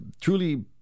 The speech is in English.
truly